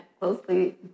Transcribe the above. closely